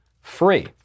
free